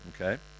Okay